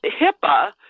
HIPAA